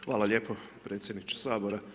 Hvala lijepo predsjedniče Sabora.